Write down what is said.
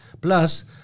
Plus